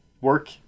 work